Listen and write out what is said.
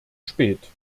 spät